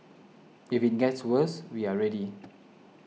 if it gets worse we are ready